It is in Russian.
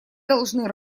должны